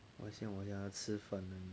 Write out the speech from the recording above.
我想我想要吃饭了